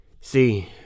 See